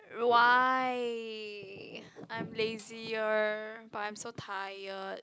why I'm lazier but I'm so tired